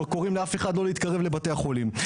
או קוראים לאף אחד לא להתקרב לבתי החולים.